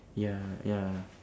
ya ya